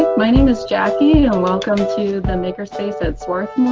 my name is jacquie, and welcome to the maker space at swarthmore.